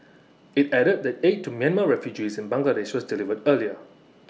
IT added that aid to Myanmar refugees in Bangladesh was delivered earlier